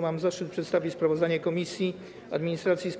Mam zaszczyt przedstawić sprawozdanie Komisji Administracji i